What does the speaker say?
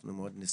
אנחנו מאוד נשמח.